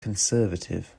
conservative